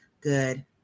good